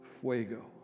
Fuego